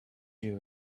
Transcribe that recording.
you